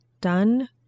done